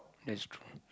that's true